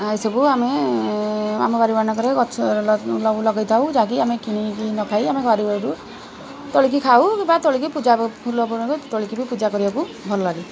ଏସବୁ ଆମେ ଆମ ଆମ ବାରିମାନଙ୍କରେ ଗଛ ଲଗେଇଥାଉ ଯାହାକି ଆମେ କିଣିକି ନ ଖାଇ ଆମ ବାରିଆଡ଼ୁ ତୋଳିକି ଖାଉ କିମ୍ବା ତୋଳିକି ପୂଜା ଫୁଲ ତୋଳିକି ବି ପୂଜା କରିବାକୁ ଭଲଲାଗେ